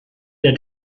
der